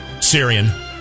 Syrian